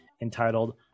entitled